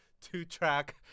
two-track